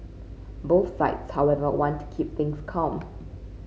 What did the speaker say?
both sides however want to keep things calm